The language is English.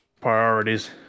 priorities